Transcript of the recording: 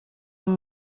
amb